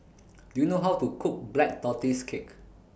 Do YOU know How to Cook Black Tortoise Cake